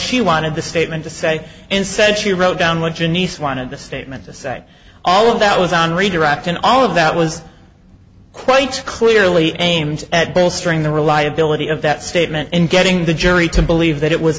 she wanted the statement to say and said she wrote down what denise wanted the statement to say all of that was on redirect and all of that was quite clearly aimed at bolstering the reliability of that statement and getting the jury to believe that it was